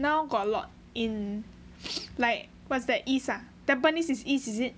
now got a lot in like what's that east ah tampines is east is it